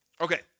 Okay